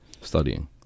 studying